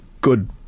good